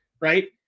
Right